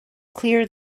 clear